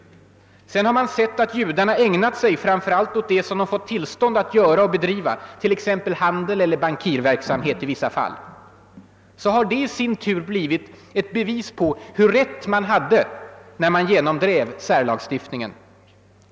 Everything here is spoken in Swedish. Sedan har man sett att judarna ägnat sig framför allt åt det som de fått tillstånd att göra och bedriva, t.ex. handel eller bankirverksamhet. Så har det i sin tur blivit ett bevis på hur rätt man hade när man genomdrev särlagstiftningen.